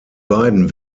beiden